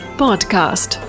podcast